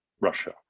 Russia